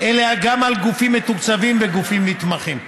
אלה גם על גופים מתוקצבים וגופים נתמכים.